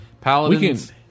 Paladins